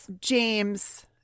James